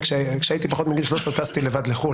כשהייתי פחות מגיל 13 טסתי לבד לחו"ל,